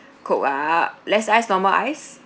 coke ah less ice normal ice